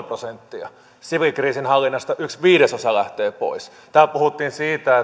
prosenttia lähtee pois siviilikriisinhallinnasta yksi viidesosa lähtee pois täällä puhuttiin siitä